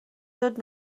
dod